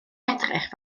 edrych